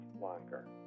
longer